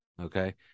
okay